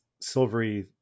silvery